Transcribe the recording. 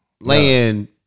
laying